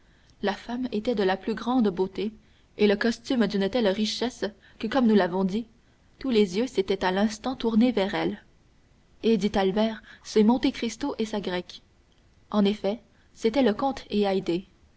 la femme était de la plus grande beauté et le costume d'une telle richesse que comme nous l'avons dit tous les yeux s'étaient à l'instant tournés vers elle eh dit albert c'est monte cristo et sa grecque en effet c'était le comte et